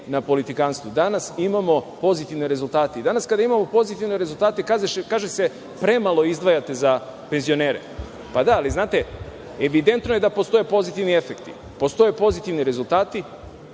na politikanstvu. Danas imamo pozitivne rezultate. Danas kada imamo pozitivne rezultate kaže se – premalo izdvajate za penzionere. Pa, da, ali znate, evidentno je da postoje pozitivni efekti. Postoje pozitivni rezultati,